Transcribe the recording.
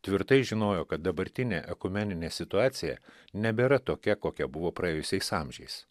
tvirtai žinojo kad dabartinė ekumeninė situacija nebėra tokia kokia buvo praėjusiais amžiais